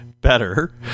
better